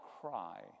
cry